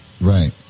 Right